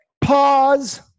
pause